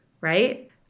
right